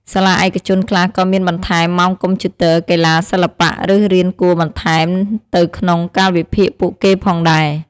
សាលាឯកជនខ្លះក៏មានបន្ថែមម៉ោងកុំព្យូទ័រ កីឡា សិល្បៈ ឬ រៀនគួរបន្ថែមទៅក្នុងកាលវិភាគពួកគេផងដែរ។